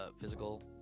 physical